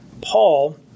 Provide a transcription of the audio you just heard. Paul